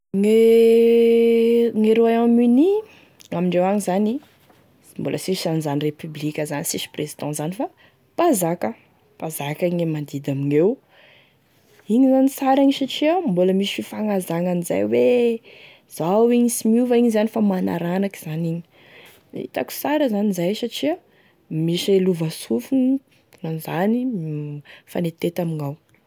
Gne gne Royaume-Uni am indreo agny zany mbola sisy anizany République, za sisy président zany fa mpanzaka, mpanzaka gne mandidy amigneo, igny lony sara igny satria mbola misy fifagnazany an'izay hoe izao igny sy misy miova igny zany fa manaranaka zany igny, hitako sara zany zay satria misy e lovasofigny amin'izany, a mifanetitety amignao.